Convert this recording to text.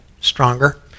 stronger